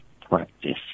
practice